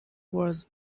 was